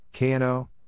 KNO